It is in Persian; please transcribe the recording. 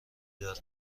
دارم